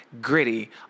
gritty